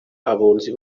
abunzi